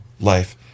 life